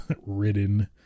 ridden